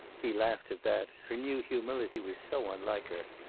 he laughed at that her new humility was so unlike her.